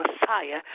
Messiah